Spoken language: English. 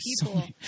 people